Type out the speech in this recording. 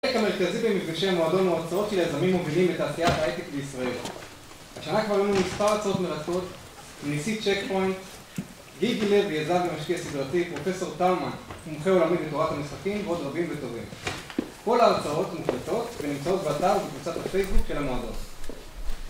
החלק המרכזי במפגשי המועדון הוא הרצאות של יזמים מובילים לתעשיית ההיי טק בישראל. השנה כבר היו מספר הרצאות מרתקות, נשיא צ'קפוינט, גיגי לב יזם ומשקיע סדרתי, פרופסור טאומן, מומחה עולמי בתורת המשחקים ועוד רבים וטובים. כל ההרצאות מובילות ונמצאות באתר ובקבוצת הפייסבוק של המועדון.